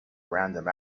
random